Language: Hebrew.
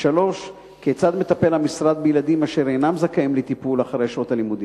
3. כיצד מטפל המשרד בילדים אשר אינם זכאים לטיפול אחרי שעות הלימודים?